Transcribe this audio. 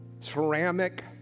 ceramic